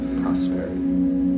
prosperity